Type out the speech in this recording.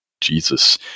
Jesus